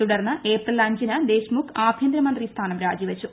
തുടർന്ന് ഏപ്രിൽ അഞ്ചിന് ദേശ്മുഖ് ആഭ്യന്തരമന്ത്രി സ്ഥാനം രാജിവച്ചു